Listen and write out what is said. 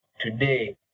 today